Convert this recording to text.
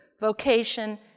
vocation